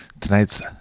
tonight's